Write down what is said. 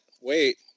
wait